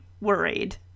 worried